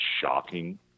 shocking